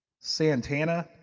Santana